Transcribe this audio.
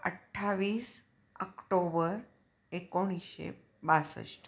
अठ्ठावीस आक्टोबर एकोणीशे बासष्ट